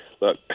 Look